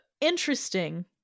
interesting